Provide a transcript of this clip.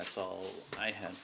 that's all i ha